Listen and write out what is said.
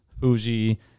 Fuji